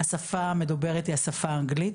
השפה המדוברת היא השפה האנגלית,